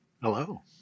hello